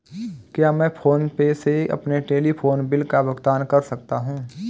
क्या मैं PhonePe से अपने टेलीफोन बिल का भुगतान कर सकता हूँ?